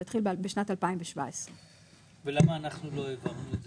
זה התחיל בשנת 2017. ולמה אנחנו לא העברנו את זה?